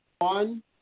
one